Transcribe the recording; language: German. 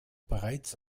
bereits